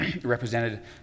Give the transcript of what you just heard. represented